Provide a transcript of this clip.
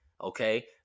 Okay